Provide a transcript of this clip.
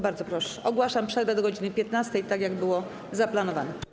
Bardzo proszę, ogłaszam przerwę do godz. 15, tak jak było zaplanowane.